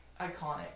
iconic